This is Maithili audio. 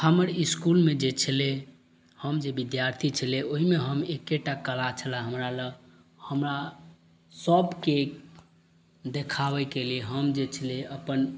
हमर इसकुलमे जे छलय हम जे विद्यार्थी छलियै ओइमे हम एकेटा कला छला हमरा लग हमरा सबके देखाबयके लिये हम जे छलै अपन